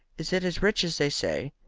is it as rich as they say?